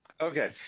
Okay